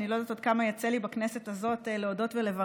אני לא יודעת עוד כמה יצא לי בכנסת הזאת להודות ולברך,